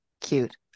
cute